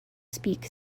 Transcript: speak